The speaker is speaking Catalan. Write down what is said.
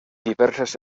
diverses